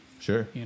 Sure